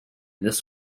this